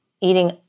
eating